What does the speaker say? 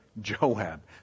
Joab